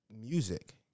music